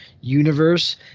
universe